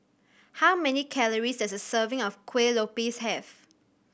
how many calories does a serving of Kuih Lopes have